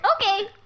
Okay